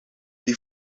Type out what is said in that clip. die